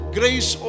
grace